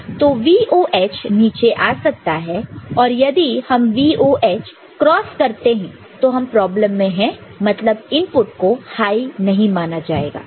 तो VOH नीचे आ सकता है और यदि हम VOH क्रॉस करते हैं तो हम प्रॉब्लम में है मतलब इनपुट को हाय नहीं माना जाएगा